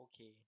Okay